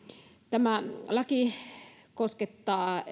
tämä laki koskettaa